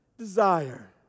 Desire